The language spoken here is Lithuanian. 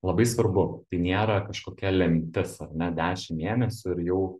labai svarbu tai nėra kažkokia lemtis ar ne dešim mėnesių ir jau